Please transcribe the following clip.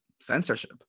censorship